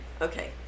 Okay